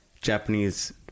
Japanese